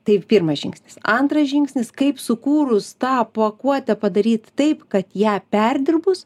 tai pirmas žingsnis antras žingsnis kaip sukūrus tą pakuotę padaryt taip kad ją perdirbus